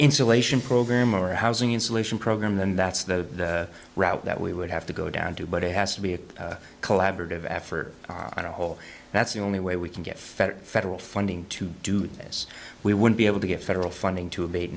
insulation program or housing in solution program then that's the route that we would have to go down to but it has to be a collaborative effort on a whole that's the only way we can get federal federal funding to do this we would be able to get federal funding to